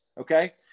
Okay